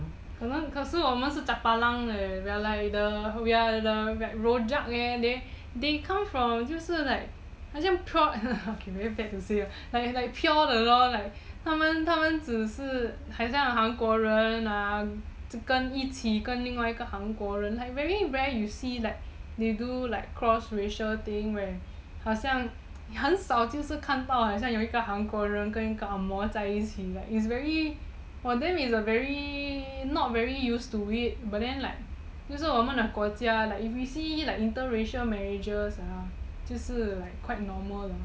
可是我们是 chapalang leh we are the we are the rojak eh they come from 就是 like 好像 pure okay very bad to say pure the lor 他们只是好像韩国人跟一起跟另外一个韩国人 like very rare you see where they do cross racial thing where 好像很少就是看到一个韩国人跟一个 ang moh 在一起 like it's very for them it's not very used to it but then like 就是我们的国家 if we see interracial marriages 就是 like quite normal